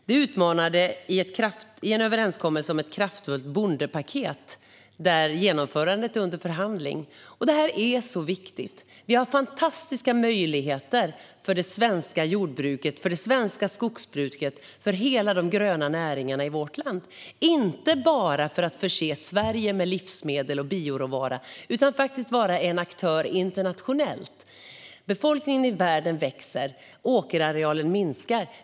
Det utmynnade i en överenskommelse om ett kraftfullt bondepaket, och genomförandet är under förhandling. Det här är viktigt. Vi har fantastiska möjligheter för det svenska jordbruket, det svenska skogsbruket och alla de gröna näringarna i vårt land - inte bara för att förse Sverige med livsmedel och bioråvara utan faktiskt också för att vara en aktör internationellt. Befolkningen i världen växer, och åkerarealen minskar.